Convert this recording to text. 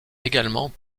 également